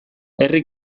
herri